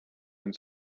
and